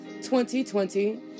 2020